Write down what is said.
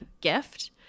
gift